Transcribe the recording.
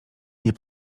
nie